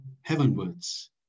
heavenwards